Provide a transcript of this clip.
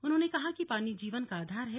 उन्होंने कहा कि पानी जीवन का आधार है